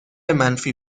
منفی